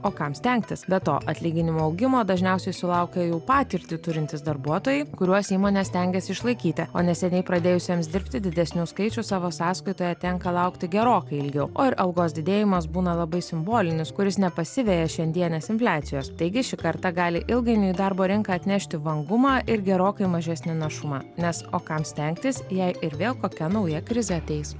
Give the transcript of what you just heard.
o kam stengtis be to atlyginimų augimo dažniausiai sulaukia jau patirtį turintys darbuotojai kuriuos įmonės stengiasi išlaikyti o neseniai pradėjusiems dirbti didesnius skaičius savo sąskaitoje tenka laukti gerokai ilgiau o ir algos didėjimas būna labai simbolinis kuris nepasiveja šiandienės infliacijos taigi šį kartą gali ilgainiui darbo rinką atnešti vangumą ir gerokai mažesnį našumą nes o kam stengtis jei ir vėl kokia nauja krizė ateis